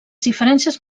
diferències